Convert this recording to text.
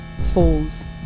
falls